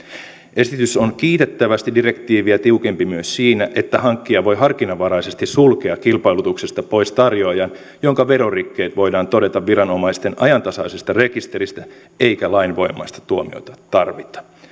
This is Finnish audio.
esitys on kiitettävästi direktiiviä tiukempi myös siinä että hankkija voi harkinnanvaraisesti sulkea kilpailutuksesta pois tarjoajan jonka verorikkeet voidaan todeta viranomaisten ajantasaisesta rekisteristä eikä lainvoimaista tuomiota tarvita